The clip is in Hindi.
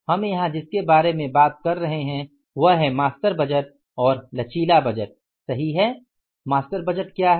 हम यहाँ जिसके बारे में बात कर रहे हैं वह है मास्टर बजट और लचीला बजटी सही है मास्टर बजट क्या है